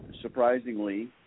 surprisingly